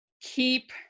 keep